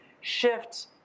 shift